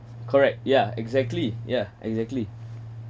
correct yeah exactly yeah exactly